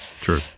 true